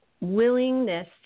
willingness